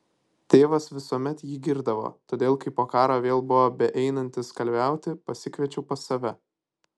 tėvas visuomet jį girdavo todėl kai po karo vėl buvo beeinantis kalviauti pasikviečiau pas save